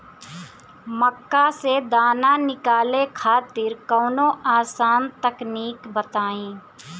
मक्का से दाना निकाले खातिर कवनो आसान तकनीक बताईं?